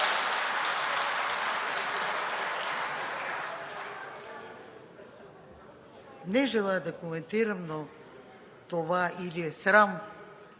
Не желая да коментирам, но това или е срам